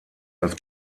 als